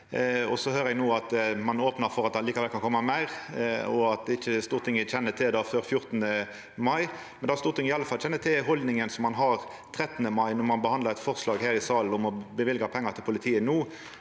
og så høyrer eg no at ein opnar for at det likevel kan koma meir, og at ikkje Stortinget kjenner til det før 14. mai. Det Stortinget iallfall kjenner til, er haldninga ein har 13. mai, når ein behandlar eit forslag her i salen om å løyva pengar til politiet no.